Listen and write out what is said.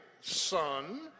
son